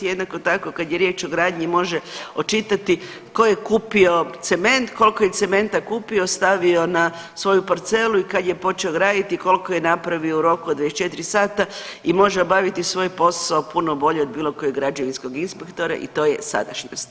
Jednako tako kad je riječ o gradnji može očitati tko je kupio cement, koliko je cementa kupio, stavio na svoju parcelu i kad je počeo graditi i koliko je napravio u roku od 24 sata i može obaviti svoj posao puno bolje od bilo kojeg građevinskog inspektora i to je sadašnjost.